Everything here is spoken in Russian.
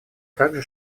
также